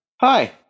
Hi